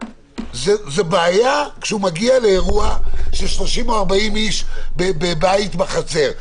זה בעיה כשהוא מגיע לאירוע של 30 או 40 איש בבית בחצר.